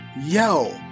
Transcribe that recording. yo